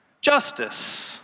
justice